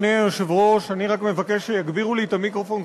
אני רק מבקש שיגבירו לי את המיקרופון,